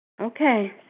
Okay